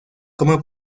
come